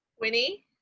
Winnie